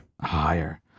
Higher